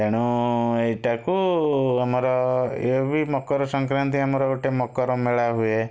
ତେଣୁ ଏଇଟାକୁ ଆମର ଇଏ ବି ମକର ସଂକ୍ରାନ୍ତି ଆମର ଗୋଟେ ମକର ମେଳା ହୁଏ